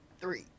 Three